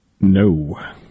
No